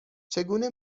چگونه